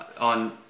on